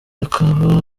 akaba